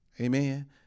amen